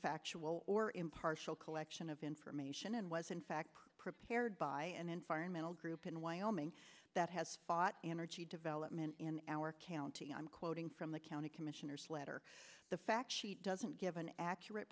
factual or impartial collection of information and was in fact prepared by an environmental group in wyoming that has fought energy development in our county i'm quoting from the county commissioners letter the fact sheet doesn't give an accurate